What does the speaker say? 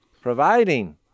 providing